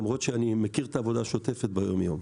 למרות שאני מכיר את העבודה השוטפת ביום-יום,